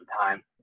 time